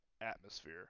atmosphere